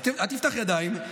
אל תפתח ידיים.